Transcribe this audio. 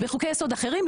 בחוקי יסוד אחרים,